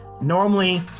normally